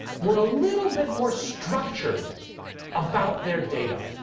were a little bit more structured about their data?